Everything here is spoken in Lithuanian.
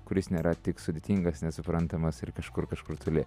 kuris nėra tik sudėtingas nesuprantamas ir kažkur kažkur toli